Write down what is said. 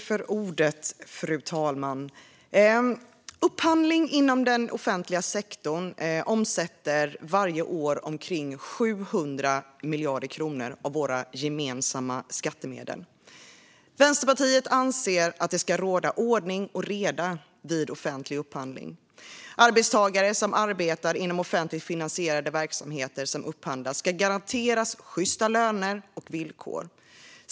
Fru talman! Upphandling inom den offentliga sektorn omsätter varje år omkring 700 miljarder kronor av våra gemensamma skattemedel. Vänsterpartiet anser att det ska råda ordning och reda vid offentlig upphandling. Arbetstagare som arbetar inom offentligt finansierade verksamheter som upphandlas ska garanteras sjysta löner och villkor.